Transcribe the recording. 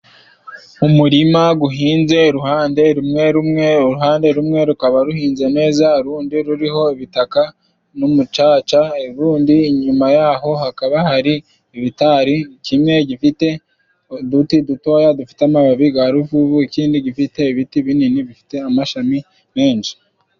Umurima guhinze iruhande rumwe rumwe uruhande rumwe rukaba ruhinze neza urundi ruriho ibitaka n'umucaca urundi inyuma yaho hakaba hari ibitari kimwe gifite uduti dutoya dufite amababi garuvubu ikindi gifite ibiti binini bifite amashami menshi.